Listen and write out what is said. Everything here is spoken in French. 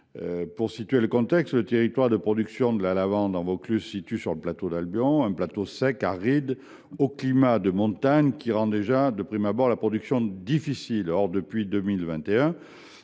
Pour situer le contexte, le territoire de production de la lavande en Vaucluse se situe sur le plateau d’Albion, qui est sec et aride et connaît un climat de montagne. Cela rend de prime abord la production difficile. Depuis 2021,